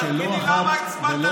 תגיד לי למה הצבעת נגד.